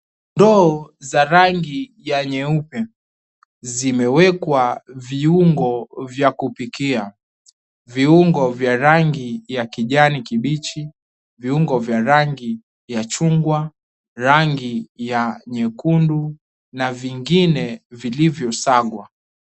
Ndoo za rangi ya nyeupe zimewekwa viungo vya kupikia. Viungo vya rangi ya kijani kibichi, viungo vya rangi ya chungwa rangi ya nyekundu na vingine vilivyo sagwa.